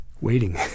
waiting